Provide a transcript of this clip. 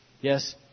Yes